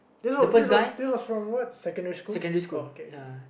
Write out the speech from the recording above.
this from this from this was from what secondary school oh okay